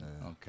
Okay